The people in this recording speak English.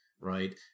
right